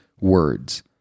words